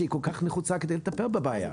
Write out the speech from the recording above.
שהיא כל כך נחוצה כדי לטפל בבעיה?